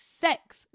sex